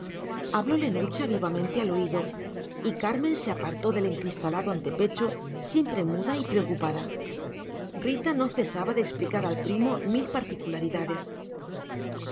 descoloridas de ordinario hablóle nucha vivamente al oído y carmen se apartó del encristalado antepecho siempre muda y preocupada rita no cesaba de explicar al primo mil particularidades